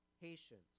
patience